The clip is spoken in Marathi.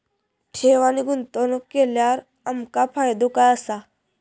ठेव आणि गुंतवणूक केल्यार आमका फायदो काय आसा?